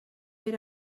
era